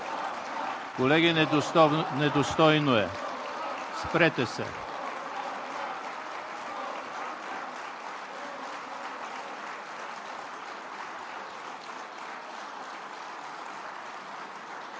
Колеги, недостойно е! Спрете се!